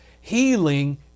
healing